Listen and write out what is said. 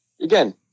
again